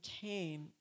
came